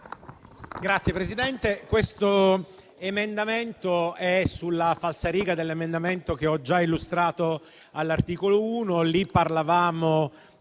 Signor Presidente, l'emendamento 2.104 è sulla falsariga dell'emendamento che ho già illustrato all'articolo 1.